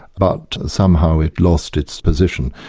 but somehow it lost its position.